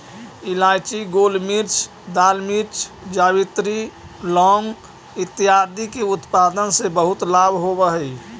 इलायची, गोलमिर्च, दालचीनी, जावित्री, लौंग इत्यादि के उत्पादन से बहुत लाभ होवअ हई